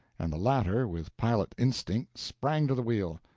and the latter, with pilot instinct, sprang to the wheel,